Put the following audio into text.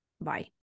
bye